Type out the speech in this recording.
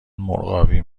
مرغابی